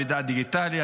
מידע דיגיטלי.